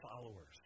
followers